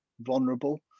vulnerable